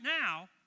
now